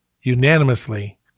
unanimously